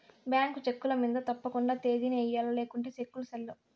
bank చెక్కుల మింద తప్పకండా తేదీని ఎయ్యల్ల లేకుంటే సెక్కులు సెల్లవ్